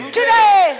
today